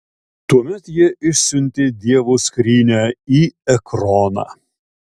tuomet jie išsiuntė dievo skrynią į ekroną